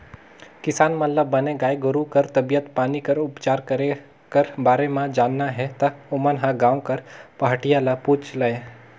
किसान मन ल बने गाय गोरु कर तबीयत पानी कर उपचार करे कर बारे म जानना हे ता ओमन ह गांव कर पहाटिया ल पूछ लय